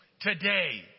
Today